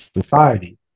society